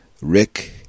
Rick